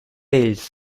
ells